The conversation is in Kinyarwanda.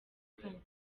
kane